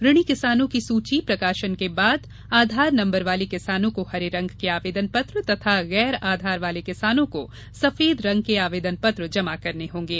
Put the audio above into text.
ऋणी किसानों की सूची प्रकाशन के बाद आधार नंबर वाले किसानों को हरे रंग के आवेदन पत्र तथा गैर आधार वाले किसानों का सफेद रंग के आवेदन पत्र जमा करने होंगे